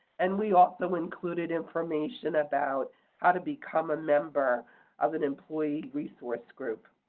and we also included information about how to become a member of an employee resource group.